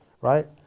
right